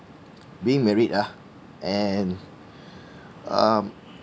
being married ah and um